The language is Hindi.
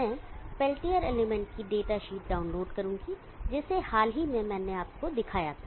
मैं पेल्टियर एलिमेंट की डेटा शीट डाउनलोड करूँगा जिसे हाल ही में मैंने आपको दिखाया था